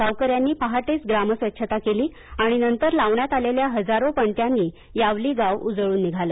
गावकऱ्यांनी पहाटेच ग्रामस्वच्छता केली आणि नंतर लावण्यात आलेल्या हजारो पणत्यांनी यावली गाव उजळून निघालं